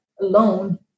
alone